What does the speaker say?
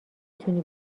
تونی